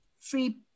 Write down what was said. free